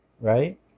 right